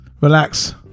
relax